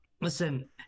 listen